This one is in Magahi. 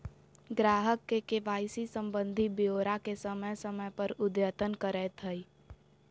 ग्राहक के के.वाई.सी संबंधी ब्योरा के समय समय पर अद्यतन करैयत रहइ